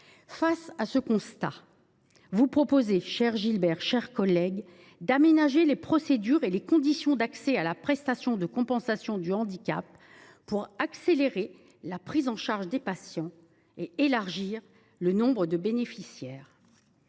Face à ce constat, vous proposez, cher Gilbert, chers collègues, d’aménager les procédures et les conditions d’accès à la prestation de compensation du handicap pour accélérer la prise en charge des patients et accroître le nombre de bénéficiaires.